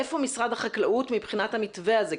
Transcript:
איפה משרד החקלאות מבחינת המתווה הזה,